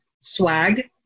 swag